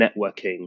networking